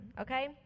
okay